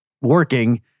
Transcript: working